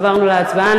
עברנו להצבעה.